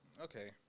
Okay